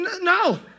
No